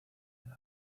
edad